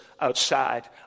outside